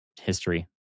history